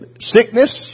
sickness